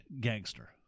gangster